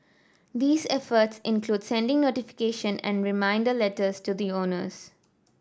these efforts include sending notification and reminder letters to the owners